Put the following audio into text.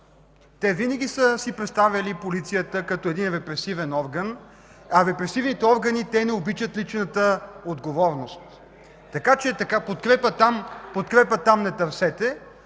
Те винаги са си представяли полицията като репресивен орган, а репресивните органи не обичат личната отговорност. Подкрепа там не търсете.